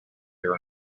there